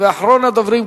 ואחרון הדוברים,